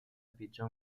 pitjor